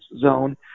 zone